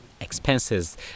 expenses